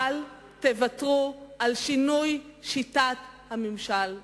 אל תוותרו על שינוי שיטת הממשל בישראל.